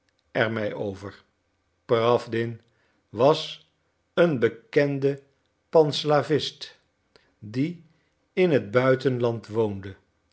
mij over prawdin was een bekende panslavist die in het buitenland woonde